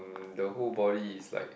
the whole body is like